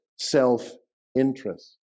self-interest